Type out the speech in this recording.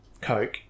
Coke